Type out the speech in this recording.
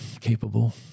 capable